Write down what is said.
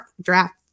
draft